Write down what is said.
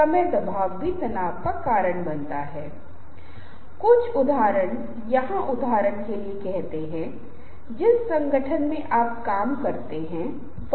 अगर दर्शक अच्छी तरह से नहीं मुस्कुराते हैं तो इसे स्वीकार करें यह एक अलग कहानी है लेकिन कम से कम आपने कोशिश की है